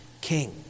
King